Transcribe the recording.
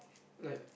like